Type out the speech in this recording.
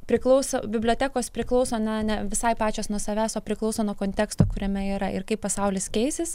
priklauso bibliotekos priklauso ne ne visai pačios nuo savęs o priklauso nuo konteksto kuriame yra ir kaip pasaulis keisis